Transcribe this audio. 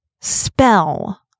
spell